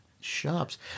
shops